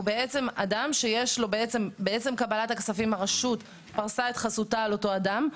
הוא אדם שמעצם קבלת הכספים הרשות פרסה את חסותה על אותו אדם,